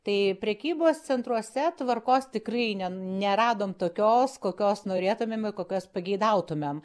tai prekybos centruose tvarkos tikrai ne neradom tokios kokios norėtumėm ir kokios pageidautumėm